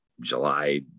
july